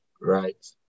right